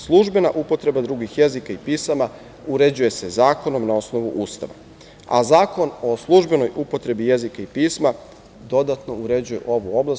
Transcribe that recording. Službena upotreba drugih jezika i pisama uređuje se zakonom na osnovu Ustava, a Zakon o službenoj upotrebi jezika i pisma dodatno uređuje ovu oblast.